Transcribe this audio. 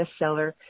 bestseller